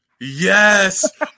Yes